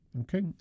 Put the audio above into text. Okay